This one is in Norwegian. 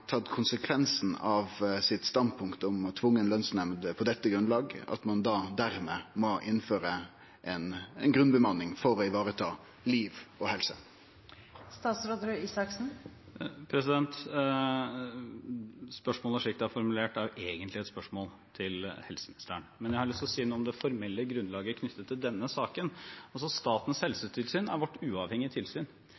tatt konsekvensen av standpunktet sitt om tvungen lønsnemnd på dette grunnlaget – at ein dimed må innføre ei grunnbemanning for å vareta liv og helse? Spørsmålet, slik det er formulert, er egentlig et spørsmål til helseministeren. Men jeg har lyst til å si noe om det formelle grunnlaget knyttet til denne saken. Statens